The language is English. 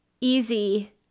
easy